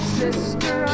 sister